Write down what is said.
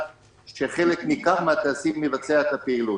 שחלק ניכר מן הטייסים יבצע את הפעילות.